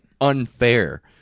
unfair